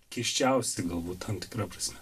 keisčiausi galbūt tam tikra prasme